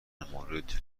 مورد